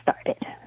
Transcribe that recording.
started